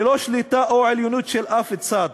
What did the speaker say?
ללא שליטה או עליונות של אף צד,